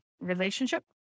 relationship